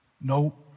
no